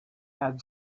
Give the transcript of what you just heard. had